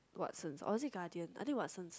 Watson or is it Guardian I think Watson